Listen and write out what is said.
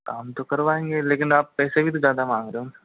काम तो करवाएंगे लेकिन आप पैसे भी तो ज़्यादा मांग रहे हो